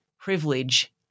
privilege